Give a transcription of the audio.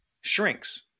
shrinks